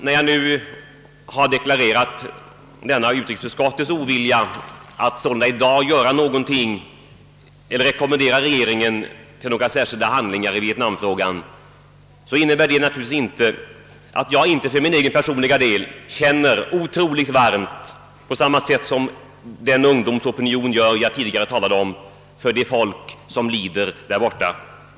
När jag nu deklarerat denna utrikesutskottets ovilja att i dag göra någonting eller rekommendera regeringen att vidta några åtgärder i vietnamfrågan, innebär det naturligtvis inte att jag inte för min personliga del känner otroligt varmt — på samma sätt som de ungdomar som jag tidigare talade om — för de folk som lider i Vietnam.